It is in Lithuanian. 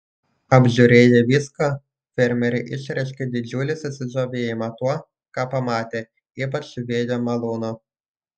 apžiūrėję viską fermeriai išreiškė didžiulį susižavėjimą tuo ką pamatė ypač vėjo malūnu